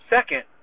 Second